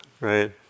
Right